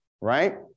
right